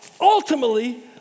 ultimately